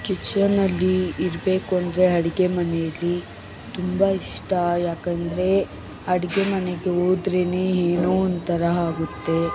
ಕಿಚನಲ್ಲಿ ಇರಬೇಕು ಅಂದರೆ ಅಡ್ಗೆ ಮನೇಲಿ ತುಂಬ ಇಷ್ಟ ಯಾಕಂದರೆ ಅಡಿಗೆ ಮನೆಗೆ ಹೋದ್ರೆ ಏನೋ ಒಂತರಹ ಆಗುತ್ತೆ